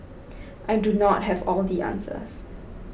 I do not have all the answers